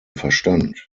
verstand